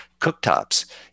cooktops